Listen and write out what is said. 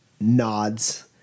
nods